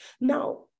now